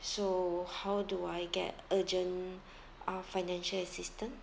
so how do I get urgent uh financial assistance